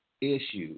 issues